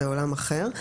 זה עולם אחר.